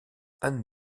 anne